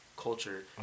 culture